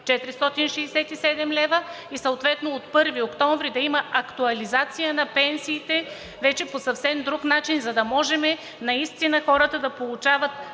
467 лв. и съответно от 1 октомври да има актуализация на пенсиите вече по-съвсем друг начин, за да може наистина хората да получават